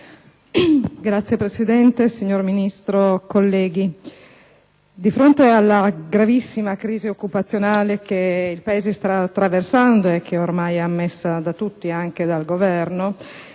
Signora Presidente, signor Ministro, colleghi, di fronte alla gravissima crisi occupazionale che il Paese sta attraversando e che ormai è ammessa da tutti, anche dal Governo,